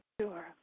Sure